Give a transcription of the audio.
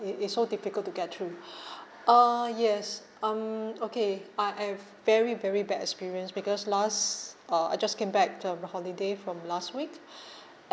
it is so difficult to get through uh yes um okay I have very very bad experience because last uh I just came back um holiday from last week